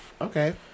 Okay